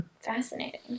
Fascinating